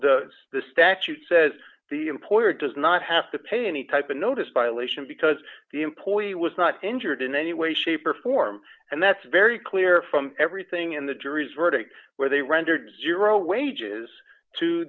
court the statute says the employer does not have to pay any type of notice by elation because the employee was not injured in any way shape or form and that's very clear from everything in the jury's verdict where they rendered zero wages to